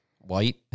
White